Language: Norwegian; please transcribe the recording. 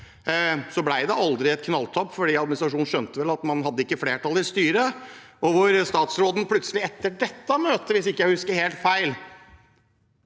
så ble det aldri et knalltap, for administrasjonen skjønte at man ikke hadde flertall i styret, og så sa statsråden plutselig etter det møtet – hvis jeg ikke husker helt feil